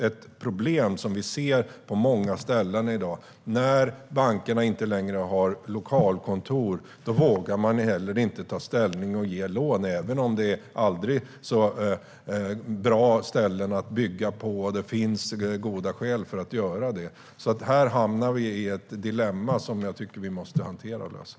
Ett problem som vi ser på många ställen i dag är att bankerna, när de inte längre har lokalkontor, inte vågar ta ställning och ge lån, även om det är aldrig så bra ställen att bygga på och det finns goda skäl för att göra det. Här hamnar vi i ett dilemma som vi måste hantera och lösa.